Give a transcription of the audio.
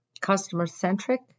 customer-centric